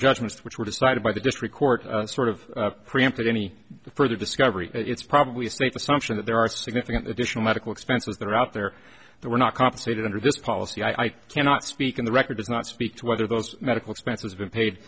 judgments which were decided by the district court sort of preempted any further discovery it's probably safe assumption that there are significant additional medical expenses that are out there that were not compensated under this policy i cannot speak on the record does not speak to whether those medical expenses been paid